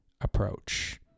approach